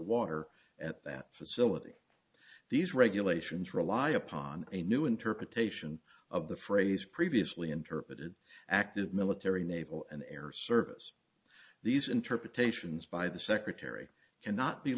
water at that facility these regulations rely upon a new interpretation of the phrase previously interpreted active military naval and air service these interpretations by the secretary cannot be